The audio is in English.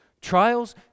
Trials